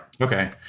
Okay